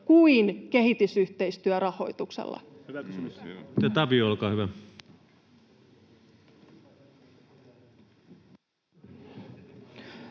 kuin kehitysyhteistyörahoituksella.